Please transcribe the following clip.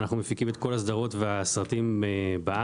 אנחנו מפיקים את כל ההפקות והסרטים בארץ,